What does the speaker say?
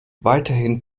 weiterhin